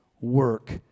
Work